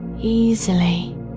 easily